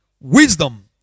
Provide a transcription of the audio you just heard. wisdom